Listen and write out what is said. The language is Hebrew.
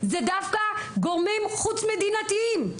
זה דווקא גורמים חוץ מדינתיים.